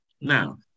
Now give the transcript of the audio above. Now